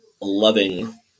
loving